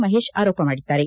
ಮಹೇಶ್ ಆರೋಪ ಮಾಡಿದ್ದಾರೆ